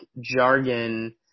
jargon